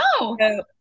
No